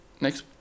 next